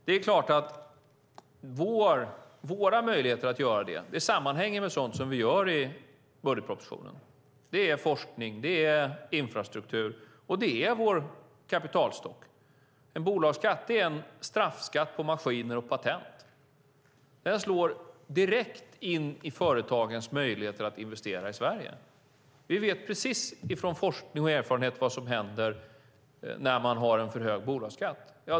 Det är klart att våra möjligheter att göra det sammanhänger med sådant som vi gör i budgetpropositionen. Det handlar om forskning, infrastruktur och vår kapitalstock. En bolagsskatt är en straffskatt på maskiner och patent. Den slår direkt på företagens möjligheter att investera i Sverige. Vi vet av forskning och erfarenheter precis vad som händer när man har en för hög bolagsskatt.